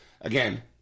again